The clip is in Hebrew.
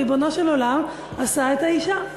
ריבונו של עולם עשה את האישה.